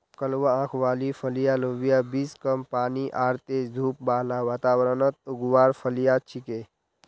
कलवा आंख वाली फलियाँ लोबिया बींस कम पानी आर तेज धूप बाला वातावरणत उगवार फलियां छिके